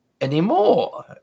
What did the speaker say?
anymore